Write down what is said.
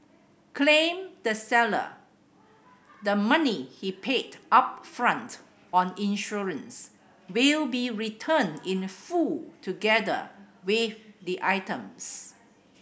claimed the seller the money he paid upfront on insurance will be returned in full together with the items